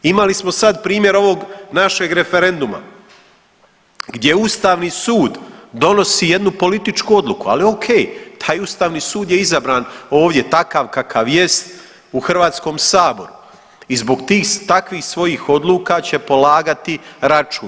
Imali smo sad primjer ovog našeg referenduma gdje Ustavni sud donosi jednu političku odluku, ali ok, taj Ustavni sud je izabran ovdje takav kakav jest u Hrvatskom saboru i zbog tih takvih svojih odluka će polagati račun.